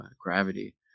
gravity